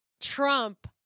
Trump